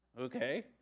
okay